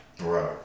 Right